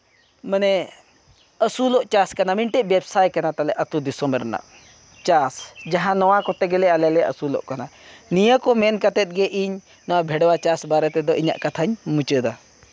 ᱢᱟᱱᱮ ᱟᱹᱥᱩᱞᱚᱜ ᱪᱟᱥ ᱠᱟᱱᱟ ᱢᱤᱫᱴᱮᱡ ᱵᱮᱵᱽᱥᱟᱭ ᱠᱟᱱᱟ ᱛᱟᱞᱮ ᱟᱛᱳ ᱫᱤᱥᱚᱢ ᱨᱮᱱᱟᱜ ᱪᱟᱥ ᱡᱟᱦᱟᱸ ᱱᱚᱣᱟ ᱠᱚᱛᱮ ᱜᱮᱞᱮ ᱟᱞᱮ ᱞᱮ ᱟᱹᱥᱩᱞᱚᱜ ᱠᱟᱱᱟ ᱱᱤᱭᱟᱹ ᱠᱚ ᱢᱮᱱ ᱠᱟᱛᱮ ᱜᱮ ᱤᱧ ᱱᱚᱣᱟ ᱵᱷᱮᱰᱣᱟ ᱪᱟᱥ ᱵᱟᱨᱮᱛᱮᱫᱚ ᱤᱧᱟᱹᱜ ᱠᱟᱛᱷᱟᱧ ᱢᱩᱪᱟᱹᱫᱟ